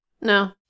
No